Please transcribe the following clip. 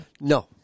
No